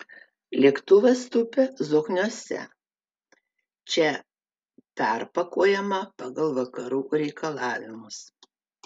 lėktuvas tupia zokniuose čia perpakuojama pagal vakarų reikalavimus